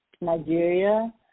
Nigeria